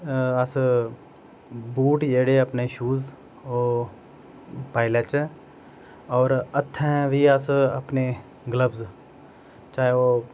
अस्स बूट जेह्ड़े अपने शूज़ पाई लैचै और हत्थें बी अस्स ग्लब्ज चाहे ओह्